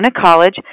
College